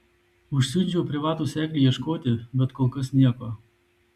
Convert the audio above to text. užsiundžiau privatų seklį ieškoti bet kol kas nieko